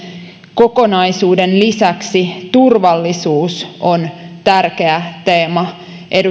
kokonaisuuden lisäksi turvallisuus on tärkeä teema